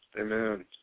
Amen